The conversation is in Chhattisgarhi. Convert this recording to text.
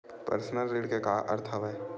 पर्सनल ऋण के का अर्थ हवय?